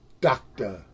Doctor